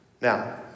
Now